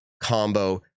combo